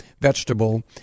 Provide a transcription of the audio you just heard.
vegetable